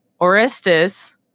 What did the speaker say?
orestes